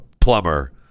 plumber